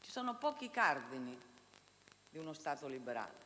Sono pochi i cardini di uno Stato liberale.